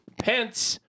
Pence